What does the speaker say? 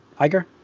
Iger